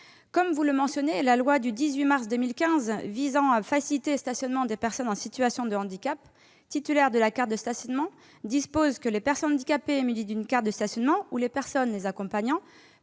Comme vous le mentionnez, la loi du 18 mars 2015 visant à faciliter le stationnement des personnes en situation de handicap titulaires de la carte de stationnement dispose que les personnes handicapées munies d'une carte de stationnement ou les personnes les accompagnant